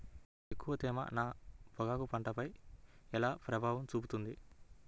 ఎక్కువ తేమ నా పొగాకు పంటపై ఎలా ప్రభావం చూపుతుంది?